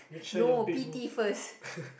no P_T first